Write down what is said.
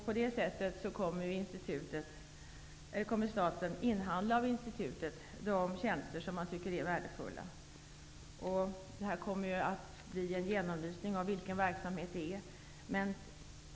På det sättet kommer staten att inhandla de tjänster som man tycker är värdefulla av institutet. Detta kommer att bli en genomlysning av den verksamhet som förekommer.